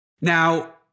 Now